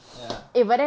ya